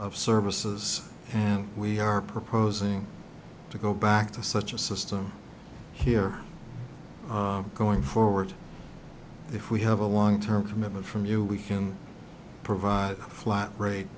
of services we are proposing to go back to such a system here going forward if we have a long term commitment from you we can provide the flat rate